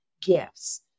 gifts